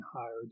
hired